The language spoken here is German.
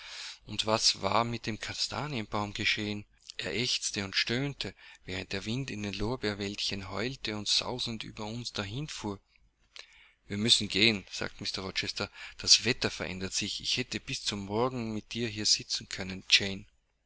und was war mit dem kastanienbaum geschehen er ächzte und stöhnte während der wind in dem lorbeerwäldchen heulte und sausend über uns dahinfuhr wir müssen hineingehen sagte mr rochester das wetter verändert sich ich hätte bis zum morgen mit dir hier sitzen können jane